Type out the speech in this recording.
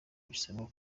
bisaba